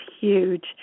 huge